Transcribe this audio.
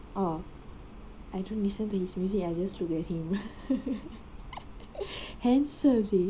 oh I don't listen to his music I just look at him handsome seh